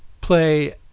play